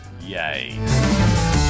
Yay